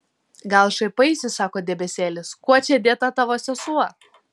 gal šaipaisi sako debesėlis kuo čia dėta tavo sesuo